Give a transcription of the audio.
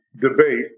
debate